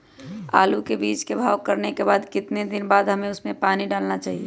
आलू के बीज के भाव करने के बाद कितने दिन बाद हमें उसने पानी डाला चाहिए?